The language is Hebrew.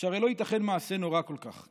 שהרי לא ייתכן מעשה נורא כל כך",